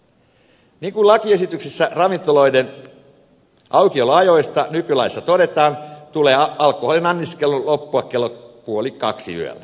niin kuin lakiesityksessä todetaan ravintoloiden aukioloajoista nykylaissa tulee alkoholin anniskelun loppua kello puoli kaksi yöllä